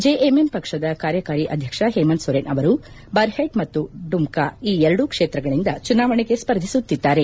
JMM ಪಕ್ಷದ ಕಾರ್ಯಕಾರಿ ಅಧ್ಯಕ್ಷ ಹೇಮಂತ್ ಸೊರನ್ ಅವರು ಬರ್ಹೆಟ್ ಮತ್ತು ಡುಮ್ಕಾ ಈ ಎರಡು ಕ್ಷೇತ್ರಗಳಿಂದ ಚುನಾವಣೆಗೆ ಸ್ಪರ್ಧಿಸುತ್ತಿದ್ದಾರೆ